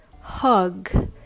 hug